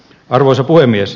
arvoisa puhemies